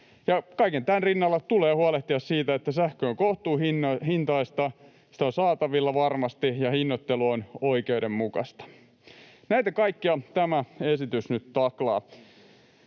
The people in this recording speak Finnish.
kaiken tämän rinnalla tulee huolehtia siitä, että sähkö on kohtuuhintaista, sitä on saatavilla varmasti ja hinnoittelu on oikeudenmukaista. Näitä kaikkia tämä esitys nyt taklaa.